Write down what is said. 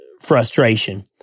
frustration